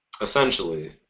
Essentially